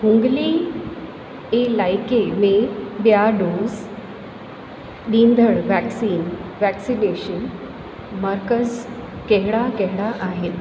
हुंगली इलाइक़े में ॿिया डोज ॾींदड़ वैक्सीन वैक्सीनेशन मर्कज़ कहिड़ा कहिड़ा आहिनि